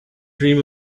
dream